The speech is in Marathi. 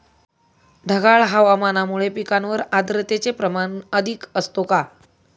ढगाळ हवामानामुळे पिकांवर आर्द्रतेचे परिणाम अधिक असतो का?